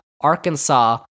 Arkansas